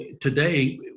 Today